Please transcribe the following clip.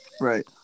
Right